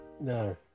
no